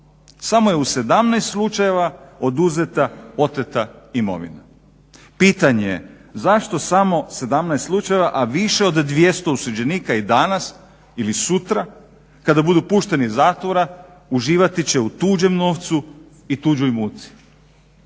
Samo je u 17 slučajeva oduzeta oteta imovina. Pitanje je, zašto samo 17 slučajeva, a više od 200 osuđenika i danas ili sutra kada budu pušteni iz zatvora uživati će u tuđem novcu i tuđoj muci?